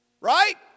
right